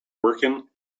working